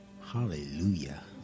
Hallelujah